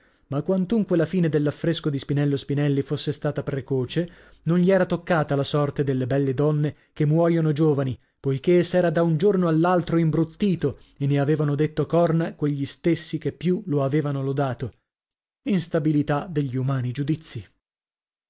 ma quantunque la fine dell'affresco di spinello spinelli fosse stata precoce non gli era toccata la sorte delle belle donne che muoiono giovani poichè s'era da un giorno all'altro imbruttito e ne avevano detto corna quegli stessi che più lo avevano lodato instabilità degli umani giudizi